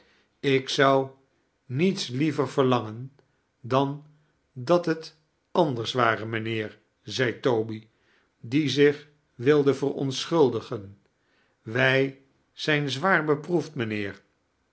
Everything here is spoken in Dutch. ik zou niets liever verlangen dan dat het anders ware mijnheer zei toby die zich wilde verontsohuldigen wij zijn zwaar beproefd mijnheer